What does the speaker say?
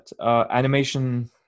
Animation